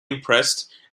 impressed